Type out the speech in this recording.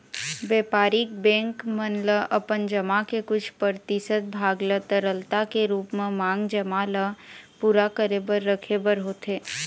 बेपारिक बेंक मन ल अपन जमा के कुछ परतिसत भाग ल तरलता के रुप म मांग जमा ल पुरा करे बर रखे बर होथे